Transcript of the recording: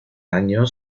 año